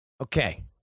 Okay